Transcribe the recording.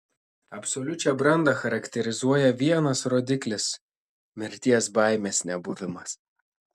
absoliučią brandą charakterizuoja vienas rodiklis mirties baimės nebuvimas